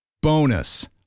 Bonus